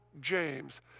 James